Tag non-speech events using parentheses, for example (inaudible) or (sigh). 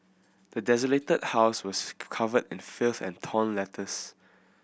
the desolated house was (unintelligible) covered in filth and torn letters